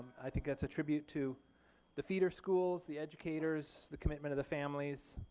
i think that's a tribute to the feeder schools, the educators, the commitment of the families.